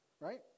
Right